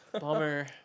Bummer